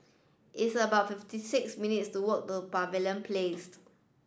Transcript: it's about fifty six minutes' walk to Pavilion Place